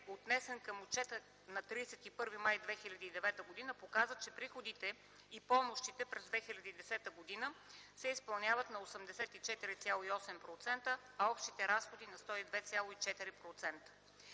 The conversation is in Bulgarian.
отнесен към отчета на 31 май 2009 г., показва, че приходите и помощите през 2010 г. се изпълняват на 84,8 %, а общите разходи на 102,4%.